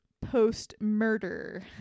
post-murder